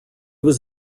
was